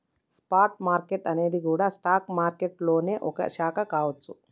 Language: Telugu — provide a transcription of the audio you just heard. స్పాట్ మార్కెట్టు అనేది గూడా స్టాక్ మారికెట్టులోనే ఒక శాఖ కావచ్చు